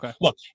Look